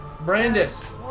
Brandis